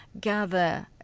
gather